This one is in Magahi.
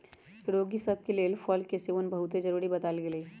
रोगि सभ के लेल फल के सेवन बहुते जरुरी बतायल गेल हइ